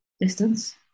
distance